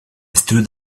stood